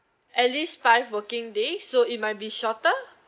at least five working days so it might be shorter